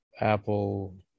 Apple